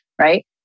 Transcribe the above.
right